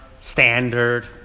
standard